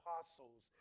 apostles